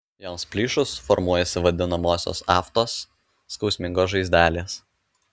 joms plyšus formuojasi vadinamosios aftos skausmingos žaizdelės